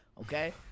okay